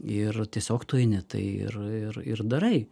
ir tiesiog tu eini tai ir ir ir darai